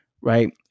right